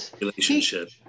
relationship